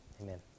amen